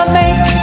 make